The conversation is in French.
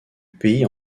pays